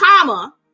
comma